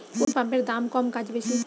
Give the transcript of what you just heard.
কোন পাম্পের দাম কম কাজ বেশি?